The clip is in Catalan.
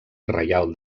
reial